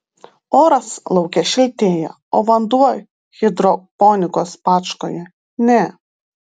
oras lauke šiltėja o vanduo hidroponikos bačkoje ne